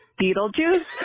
Beetlejuice